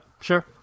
sure